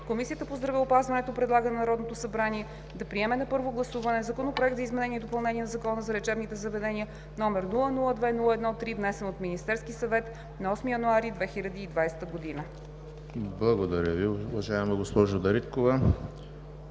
Комисията по здравеопазването предлага на Народното събрание да приеме на първо гласуване Законопроект за изменение и допълнение на Закона за лечебните заведения, № 002-01-3, внесен от Министерския съвет на 8 януари 2020 г.“ ПРЕДСЕДАТЕЛ ЕМИЛ ХРИСТОВ: Благодаря Ви, уважаема госпожо Дариткова.